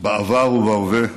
בעבר ובהווה,